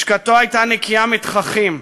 לשכתו הייתה נקייה מתככים.